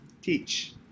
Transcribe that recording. teach